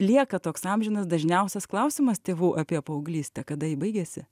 lieka toks amžinas dažniausias klausimas tėvų apie paauglystę kada ji baigiasi